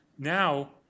Now